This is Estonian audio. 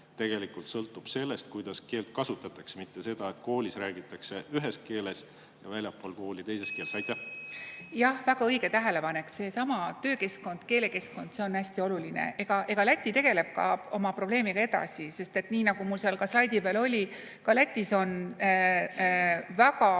tegelikult sõltub sellest, kuidas keelt kasutatakse, mitte sellest, et koolis räägitakse ühes keeles ja väljaspool kooli teises. Jah, väga õige tähelepanek. Seesama töökeskkond, keelekeskkond on hästi oluline. Läti tegeleb samuti oma probleemiga edasi, sest nagu mul seal slaidi peal oli, ka Lätis on väga